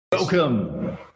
Welcome